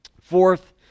fourth